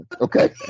okay